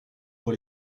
pour